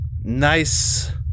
Nice